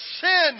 sin